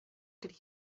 could